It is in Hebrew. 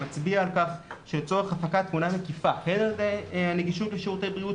מצביע על כך שלצורך הפקת תמונה מקיפה הן על הנגישות לשירותי בריאות